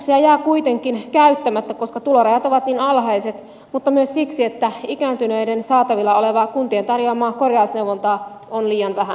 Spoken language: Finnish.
korjausavustuksia jää kuitenkin käyttämättä koska tulorajat ovat niin alhaiset mutta myös siksi että ikääntyneiden saatavilla olevaa kun tien tarjoamaa korjausneuvontaa on liian vähän